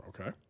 Okay